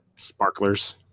sparklers